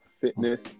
fitness